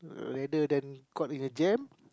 later then caught in a jam